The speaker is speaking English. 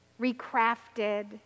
recrafted